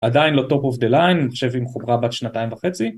עדיין לא top of the line, אני חושב עם חומרה בת שנתיים וחצי.